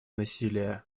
насилия